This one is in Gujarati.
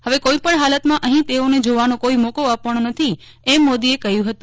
હવે કોઈપણ હાલતમાં અહીં તેઓને જોવાનો કોઈ મોકો આપવાનો નથી એમ મોદીએ કહ્યું હતું